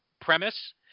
premise